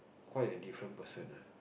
quite a different person ah